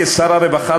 כשר הרווחה,